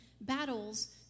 battles